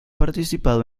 participado